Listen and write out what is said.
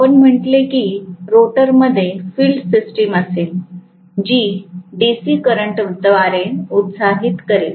आणि आपण म्हटले की रोटरमध्ये फील्ड सिस्टम असेल जी डीसी करंटद्वारे उत्साहित होईल